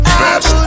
best